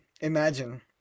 imagine